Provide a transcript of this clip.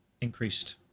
increased